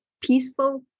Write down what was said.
peaceful